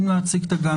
עם להציג את הגאנט,